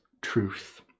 truth